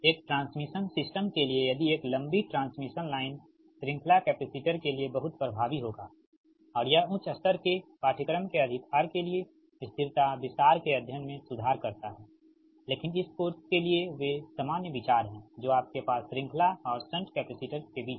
एक transmission system के लिए यदि एक लंबी ट्रांसमिशन लाइन श्रृंखला कैपेसिटर के लिए बहुत प्रभावी होगा और यह उच्च स्तर के पाठ्यक्रम के अधिकार के लिए स्थिरता विस्तार के अध्ययन में सुधार करता है लेकिन इस कोर्स के लिए वे सामान्य विचार हैं जो आपके पास श्रृंखला और शंट कैपेसिटर के बीच हैं